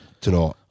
tonight